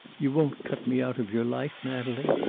you won't cut me out of your life, natalie?